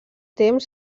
temps